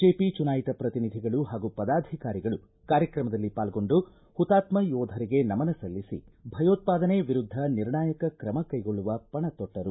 BJP ಚುನಾಯಿತ ಪ್ರತಿನಿಧಿಗಳು ಹಾಗೂ ಪದಾಧಿಕಾರಿಗಳು ಕಾರ್ಯಕ್ರಮದಲ್ಲಿ ಪಾಲ್ಗೊಂಡು ಹುತಾತ್ನ ಯೋಧರಿಗೆ ನಮನ ಸಲ್ಲಿಸಿ ಭಯೋತ್ವಾದನೆ ವಿರುದ್ದ ನಿರ್ಣಾಯಕ ಕ್ರಮ ಕೈಗೊಳ್ಳುವ ಪಣ ತೊಟ್ಟರು